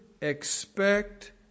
expect